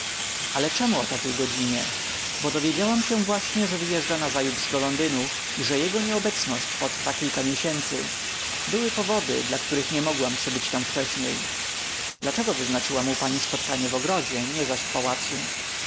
ale czemu o takiej godzinie bo dowiedziałam się właśnie że wyjeżdża nazajutrz do londynu i że jego nieobecność potrwa kilka miesięcy były powody dla których nie mogłam przybyć tam wcześniej dlaczego wyznaczyłaś mu pani spotkanie w ogrodzie nie zaś w pałacu